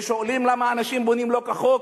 ושואלים, למה אנשים בונים לא כחוק?